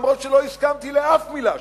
למרות שלא הסכמתי לאף מלה שלו.